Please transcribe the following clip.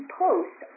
post